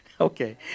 Okay